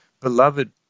beloved